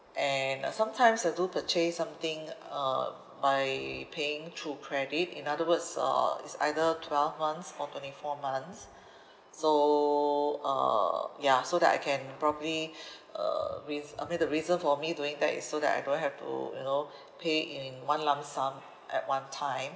and uh sometimes I do purchase something uh by paying through credit in other words uh it's either twelve months or twenty four months so uh ya so that I can probably uh re~ I mean the reason for me doing that is so that I don't have to you know pay in one lump sum at one time